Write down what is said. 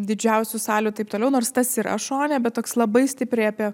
didžiausių salių taip toliau nors tas yra šone bet toks labai stipriai apie